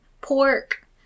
pork